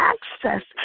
Access